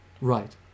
Right